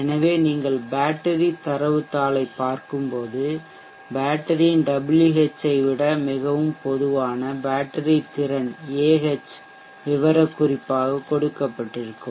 எனவே நீங்கள் பேட்டரி தரவுத் தாளைப் பார்க்கும்போது பேட்டரியின் WH ஐ விட மிகவும் பொதுவான பேட்டரி திறன் ஏ ஹெச் விவரக்குறிப்பாக கொடுக்கப்பட்டிருக்கும்